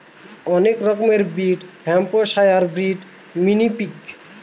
অনেক রকমের breed Hampshire breed, mini pig